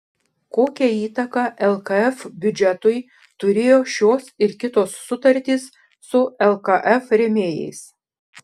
kokią įtaką lkf biudžetui turėjo šios ir kitos sutartys su lkf rėmėjais